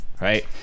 right